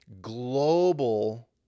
global